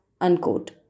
Unquote